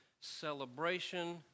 celebration